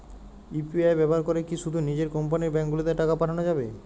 UPI ব্যবহার করে কি শুধু নিজের কোম্পানীর ব্যাংকগুলিতেই টাকা পাঠানো যাবে?